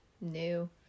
new